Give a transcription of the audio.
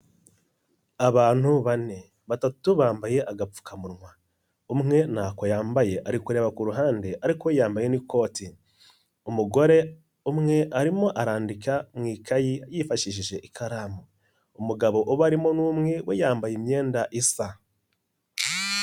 Abantu bane batatu bambaye agapfukamunwa, umwe ntako yambaye ari kureba ku ruhande ariko yambaye n'ikoti, umugore umwe arimo arandika mu ikayi yifashishije ikaramu, umugabo ubarimo n'umwe we yambaye imyenda isa.